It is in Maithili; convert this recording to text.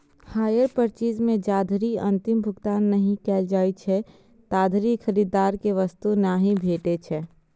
हायर पर्चेज मे जाधरि अंतिम भुगतान नहि कैल जाइ छै, ताधरि खरीदार कें वस्तु नहि भेटै छै